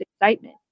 excitement